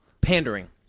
Pandering